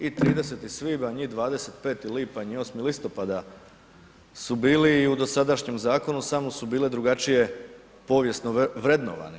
I 30. svibnja i 25. lipnja i 8. listopada su bili i u dosadašnjem zakonu, samo su bile drugačije povijesno vrednovane.